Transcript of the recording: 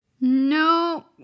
No